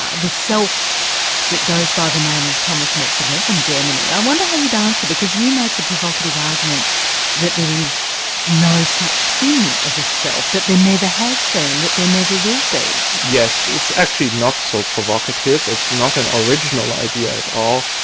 ah the self that goes by the name of thomas metzinger from germany, i wonder how you'd answer, because you make the provocative argument that there is no such thing as a self, that there never has been, that there never will be. yes, it's actually not so provocative, it's not an original idea at all.